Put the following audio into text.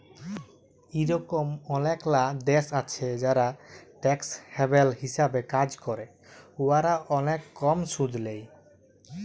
ইরকম অলেকলা দ্যাশ আছে যারা ট্যাক্স হ্যাভেল হিসাবে কাজ ক্যরে উয়ারা অলেক কম সুদ লেই